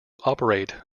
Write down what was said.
operate